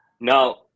Now